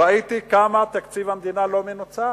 ראיתי כמה תקציב המדינה לא מנוצל.